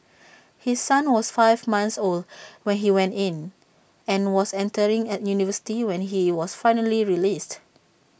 his son was five months old when he went in and was entering and university when he was finally released